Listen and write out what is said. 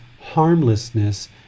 harmlessness